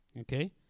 okay